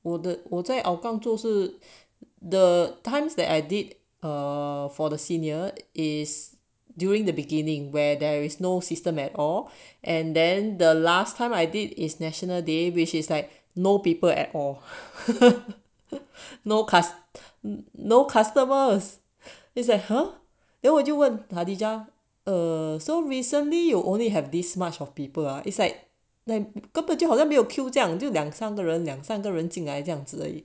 我的我在 hougang 是 the times that I did err for the senior is during the beginning where there is no system at all and then the last time I did is national day which is like no people at all no cust~ no customers is like !huh! then 我就问 nadira are so recently you will only have this much of people ah in like 根本就好像没有 queue 将就两三个人两三个人进来这样子而已